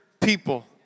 people